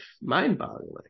mind-boggling